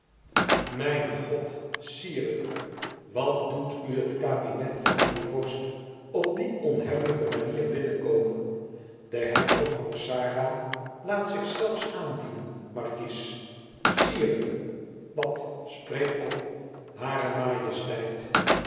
mijn god sire wat doet u het kabinet van uw vorst op die onhebbelijke manier binnenkomen de hertog van xara laat zich zelfs aandienen markies sire wat spreek op hare majesteit